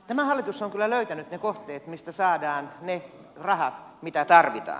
tämä hallitus on kyllä löytänyt ne kohteet mistä saadaan ne rahat mitä tarvitaan